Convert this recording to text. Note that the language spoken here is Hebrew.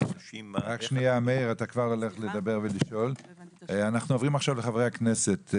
אנחנו עוברים עכשיו לחברי הכנסת.